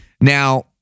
Now